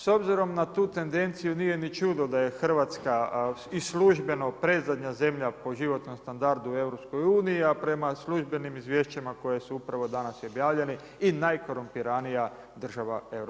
S obzirom na tu tendenciju, nije ni čudo da je Hrvatska i službeno predzadnja zemlja po životnom standardu u EU-u, a prema službenim izvješćima koje su upravo danas i objavljeni, i najkorumpiranija država EU-a.